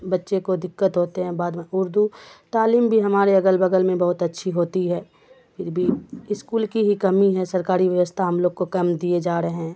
بچے کو دقت ہوتے ہیں بعد میں اردو تعلیم بھی ہمارے اگل بغل میں بہت اچھی ہوتی ہے پھر بھی اسکول کی ہی کمی ہے سرکاری ویوستھا ہم لوگ کو کم دیے جا رہے ہیں